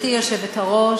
גברתי היושבת-ראש,